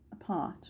apart